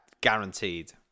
guaranteed